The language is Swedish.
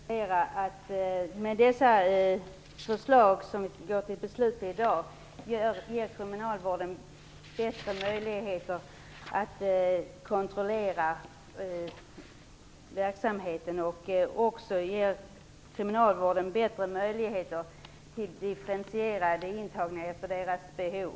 Herr talman! Jag vill bara konstatera att de förslag som vi går till beslut med i dag ger kriminalvården bättre möjligheter att kontrollera verksamheten. De ger också kriminalvården bättre möjligheter till att differentiera behandlingen av de intagna efter deras behov.